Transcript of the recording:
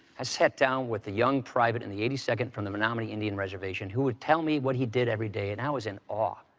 i sat down with a young private in the eighty second from the menominee indian reservation who would tell me what he did every day, and i was in awe.